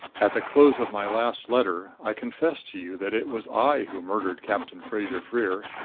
at the close of my last letter i confessed to you that it was i who murdered captain fraser-freer.